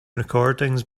recordings